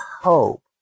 hope